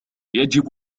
يجب